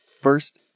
first